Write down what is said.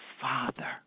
father